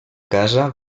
casa